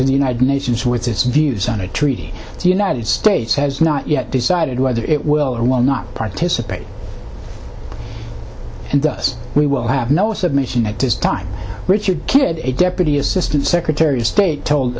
to the united nations with its views on a treaty the united states has not yet decided whether it will or will not participate and thus we will have no submission at this time richard kidd a deputy assistant secretar